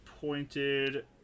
pointed